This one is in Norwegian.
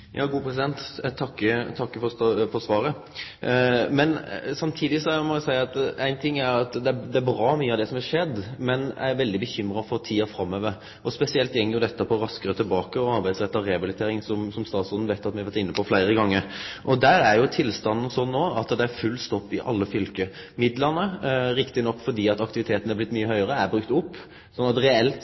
Eg takkar for svaret. Samtidig må eg seie at mykje av det som har skjedd, er bra, men eg er veldig bekymra for tida framover. Spesielt går dette på Raskere tilbake, og arbeidsretta rehabilitering, som statsråden veit at me har vore inne på fleire gonger. Tilstanden der er no at det er full stopp i alle fylke. Midlane – riktig nok fordi aktiviteten har vore mykje høgare – er brukte opp, slik at reelt